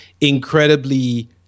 incredibly